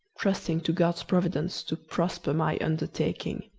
trusting to god's providence to prosper my undertaking.